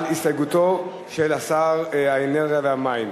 אל הסתייגותו של שר האנרגיה והמים.